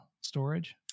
storage